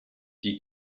die